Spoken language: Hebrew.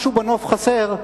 משהו בנוף חסר,